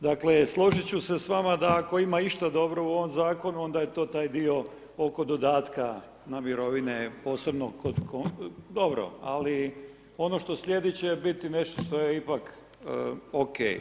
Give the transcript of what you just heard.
Dakle, složit ću se s vama da ako ima išta dobro u ovom Zakonu, onda je to taj dio oko dodatka na mirovine, posebno kod, dobro, ali ono što slijedi će bit nešto što je ipak ok.